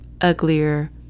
uglier